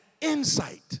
insight